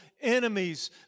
enemies